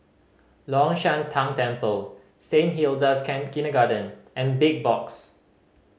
Long Shan Tang Temple Saint Hilda's Kindergarten and Big Box